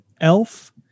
Elf